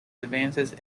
advances